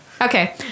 Okay